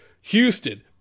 Houston